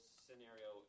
scenario